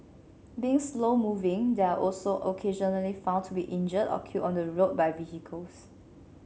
being slow moving they are also occasionally found to be injured or killed on the road by vehicles